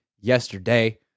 yesterday